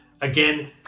again